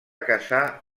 casar